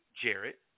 Jarrett